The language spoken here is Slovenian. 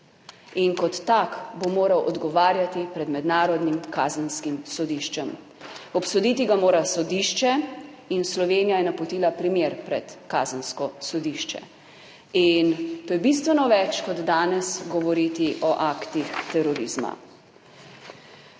in kot tak bo moral odgovarjati pred Mednarodnim kazenskim sodiščem, obsoditi ga mora sodišče in Slovenija je napotila primer pred kazensko sodišče - in to je bistveno več kot danes govoriti o aktih terorizma.